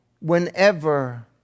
whenever